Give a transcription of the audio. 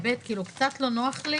קצת לא נוח לי.